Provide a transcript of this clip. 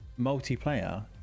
multiplayer